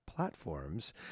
Platforms